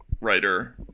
writer